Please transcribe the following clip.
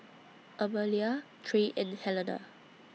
Amalia Trey and Helena